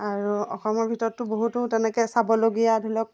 আৰু অসমৰ ভিতৰতো বহুতো তেনেকৈ চাবলগীয়া ধৰি লওক